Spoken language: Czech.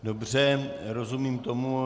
Dobře, rozumím tomu.